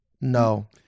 No